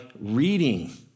reading